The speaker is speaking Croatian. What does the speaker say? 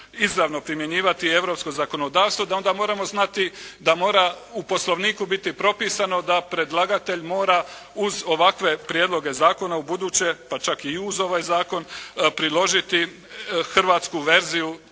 izravno primjenjivati europsko zakonodavstvo da onda moramo znati da mora u Poslovniku biti propisano da predlagatelj mora uz ovakve prijedloge zakona ubuduće, pa čak i uz ovaj zakon priložiti hrvatsku verziju